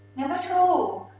number two,